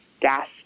gas